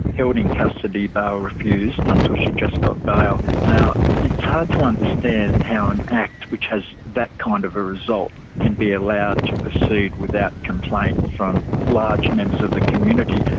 held in custody, bail refused until she just got bail. now, it's hard to understand how an act which has that kind of a result can be allowed to proceed without complaint from large members of the community.